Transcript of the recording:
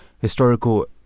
historical